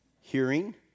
hearing